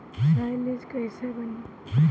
Silage कईसे बनी?